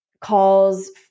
calls